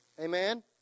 Amen